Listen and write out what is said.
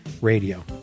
Radio